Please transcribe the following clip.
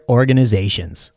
organizations